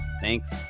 thanks